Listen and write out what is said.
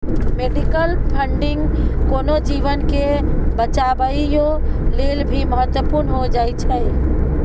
medical funding कोनो जीवन के बचाबइयो लेल भी महत्वपूर्ण हो जाइ छइ